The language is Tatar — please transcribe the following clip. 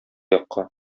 якка